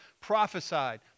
prophesied